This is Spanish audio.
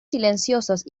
silenciosos